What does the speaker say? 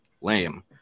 lame